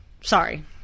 Sorry